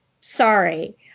sorry